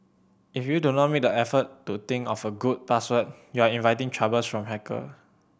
if you do not make the effort to think of a good password you are inviting troubles from hacker